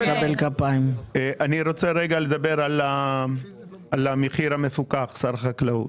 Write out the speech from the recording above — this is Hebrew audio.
הערהאני רוצה לדבר על המחיר המפוקח, שר החקלאות.